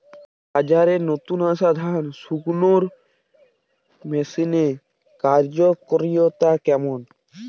বাজারে নতুন আসা ধান শুকনোর মেশিনের কার্যকারিতা কেমন?